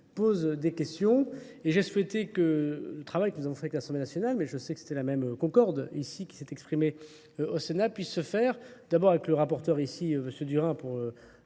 pose des questions, et j'ai souhaité que le travail que nous avons fait avec l'Assemblée nationale, mais je sais que c'était la même concorde ici qui s'est exprimée au Sénat, puisse se faire, d'abord avec le rapporteur ici, monsieur Durin, pour